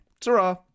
Ta-ra